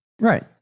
Right